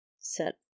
set